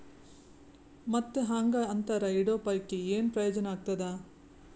ಮತ್ತ್ ಹಾಂಗಾ ಅಂತರ ಇಡೋ ಪೈಕಿ, ಏನ್ ಪ್ರಯೋಜನ ಆಗ್ತಾದ?